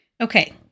Okay